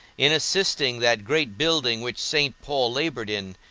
in assisting that great building which st. paul laboured in,